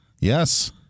Yes